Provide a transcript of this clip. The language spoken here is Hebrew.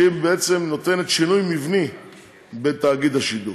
שקובעת שינוי מבני בתאגיד השידור.